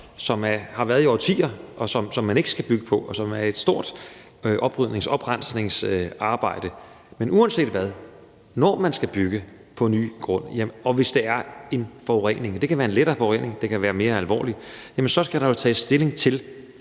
som har været der i årtier, som man ikke skal bygge på, og som medfører et stort oprydnings- og oprensningsarbejde. Men uanset hvad er det sådan, at når man skal bygge på ny grund, og hvis der er en forurening – det kan være en lettere forurening, og det kan være en mere alvorlig – skal der jo tages stilling til,